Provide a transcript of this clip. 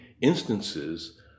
instances